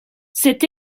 c’est